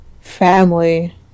Family